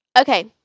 okay